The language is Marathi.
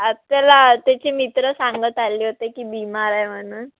त्याला त्याचे मित्र सांगत आले होते की बीमार आहे म्हणून